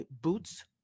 boots